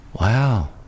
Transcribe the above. wow